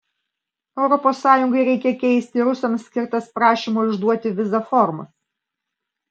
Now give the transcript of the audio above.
europos sąjungai reikia keisti rusams skirtas prašymo išduoti vizą formas